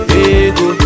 ego